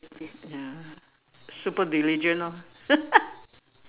ya super diligent lor